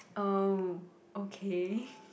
oh okay